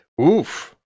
oof